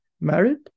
married